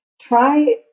try